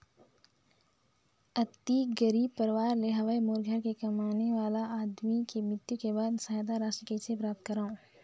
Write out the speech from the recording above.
अति गरीब परवार ले हवं मोर घर के कमाने वाला आदमी के मृत्यु के बाद सहायता राशि कइसे प्राप्त करव?